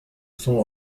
son